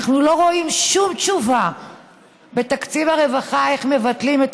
אנחנו לא רואים שום תשובה בתקציב הרווחה איך מבטלים את